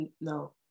No